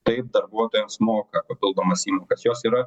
taip darbuotojams moka papildomas įmokas jos yra